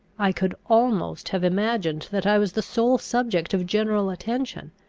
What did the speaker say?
i could almost have imagined that i was the sole subject of general attention,